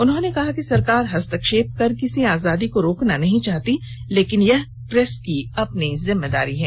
उन्होंने कहा कि सरकार हस्तक्षेप करके किसी आजादी को रोकना नहीं चाहती लेकिन यह प्रेस की जिम्मेवारी है